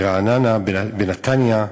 בנתניה,